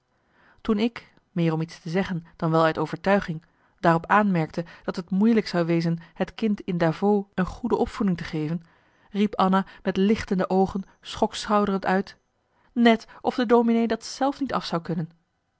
toen ik meer om iets te zeggen dan wel uit overtuiging daarop aanmerkte dat het moeilijk zou wezen het kind in davos een goede opvoeding te geven riep anna met lichtende oogen schokschouderend uit net of de dominee dat zelf niet af zou kunnen